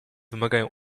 wymagają